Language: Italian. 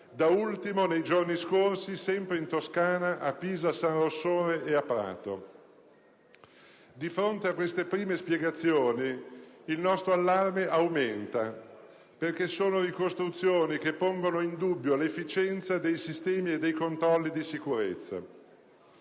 da ultimo, nei giorni scorsi, sempre in Toscana, a Pisa-San Rossore ed a Prato. Di fronte a queste prime spiegazioni il nostro allarme aumenta perché sono ricostruzioni che pongono in dubbio l'efficienza dei sistemi e dei controlli di sicurezza.